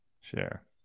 Share